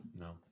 No